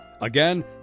Again